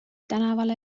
tänavale